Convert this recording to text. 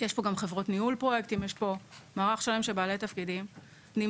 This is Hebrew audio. ויש פה גם חברות ניהול פרויקטים יש פה מערך של בעלי תפקידים שנמצאים